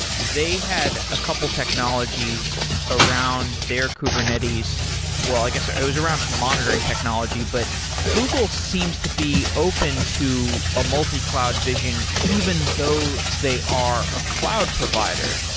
they had a couple technologies around their kubernetes well, i guess it was around some monitoring technology, but google seems to be open to a multi-cloud vision even though they are a cloud provider.